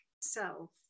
self